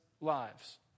lives